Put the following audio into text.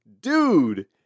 dude